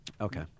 Okay